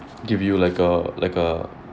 give you like a like a